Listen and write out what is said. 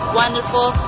wonderful